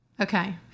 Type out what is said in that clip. Okay